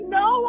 no